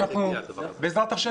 שבעזרת השם,